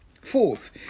Fourth